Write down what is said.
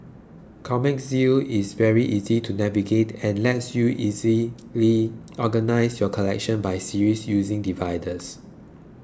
Comic Zeal is very easy to navigate and lets you easily organise your collection by series using dividers